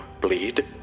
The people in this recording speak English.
bleed